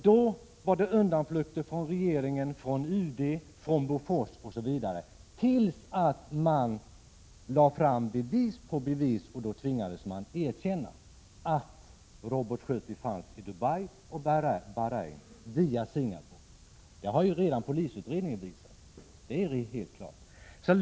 Då var det undanflykter från regeringen, från UD, från Bofors osv. tills bevis på bevis lades fram och man tvingades erkänna att Robot 70 fanns i Dubai och Bahrein, exporterad dit via Singapore. Det har polisutredningen visat, så det är klart.